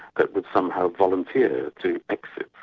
that would somehow volunteer to exit,